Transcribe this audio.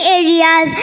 areas